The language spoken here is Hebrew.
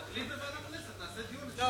אצלי זה ועדת הכנסת, נעשה דיון.